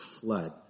flood